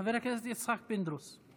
חבר הכנסת יצחק פינדרוס.